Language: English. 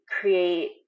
create